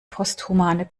posthumane